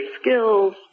skills